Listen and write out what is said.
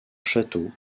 château